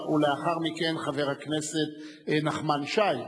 ולאחר מכן, חבר הכנסת נחמן שי.